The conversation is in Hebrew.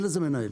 אין לזה מנהל.